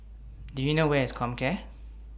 Do YOU know Where IS Comcare